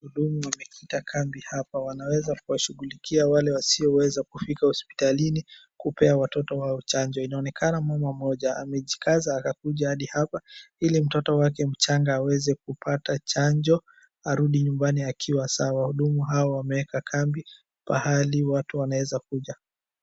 Daktari wamekita kambi hapa, wanaweza kuwashughulikia wale wasioweza kufika hospitalini kupea watoto wao chanjo. Inaonekana mama mmoja amejikaza akakuja hadi hapa, ili mtoto wake mchanga aweze kupata chanjo arudi nyumbani akiwa sawa. Wahudumu hao wameeka kambi pahali watu wanaweza kuja.